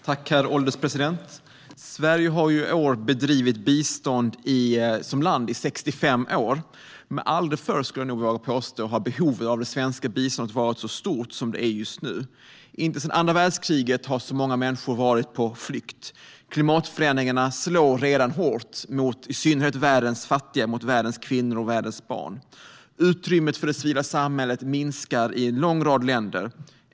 Herr ålderspresident! Sverige har som land bedrivit biståndsarbete i 65 år. Men jag vill påstå att aldrig förr har behoven av det svenska biståndet varit så stort som det är just nu. Inte sedan andra världskriget har så många människor varit på flykt. Klimatförändringarna slår redan hårt mot i synnerhet världens fattiga, mot världens kvinnor och mot världens barn. Utrymmet för det civila samhället minskar i en lång rad länder.